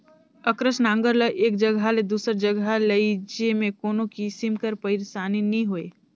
अकरस नांगर ल एक जगहा ले दूसर जगहा लेइजे मे कोनो किसिम कर पइरसानी नी होए